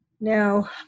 Now